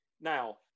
Now